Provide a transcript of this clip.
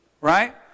Right